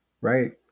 right